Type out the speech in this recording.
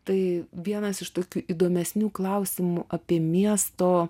tai vienas iš tokių įdomesnių klausimų apie miesto